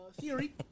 Theory